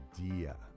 idea